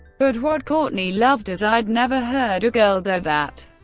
but what courtney love does, i'd never heard a girl do that.